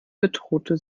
bedrohte